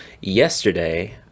yesterday